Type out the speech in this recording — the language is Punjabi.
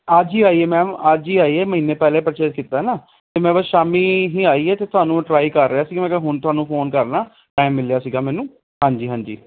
ਅੱਜ ਹੀ ਆਈ ਹੈ ਮੈਮ ਅੱਜ ਹੀ ਆਈ ਹੈ ਮਹੀਨੇ ਪਹਿਲਾਂ ਪਰਚੇਸ ਕੀਤਾ ਨਾ ਅਤੇ ਮੈਂ ਬਸ ਸ਼ਾਮੀ ਹੀ ਆਈ ਹੈ ਅਤੇ ਤੁਹਾਨੂੰ ਟ੍ਰਾਈ ਕਰ ਰਿਹਾ ਸੀ ਮੈਂ ਕਿਹਾ ਹੁਣ ਫ਼ੋਨ ਕਰਨਾ ਟਾਇਮ ਮਿਲਿਆ ਸੀਗਾ ਮੈਨੂੰ ਹਾਂਜੀ ਹਾਂਜੀ